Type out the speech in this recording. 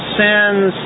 sins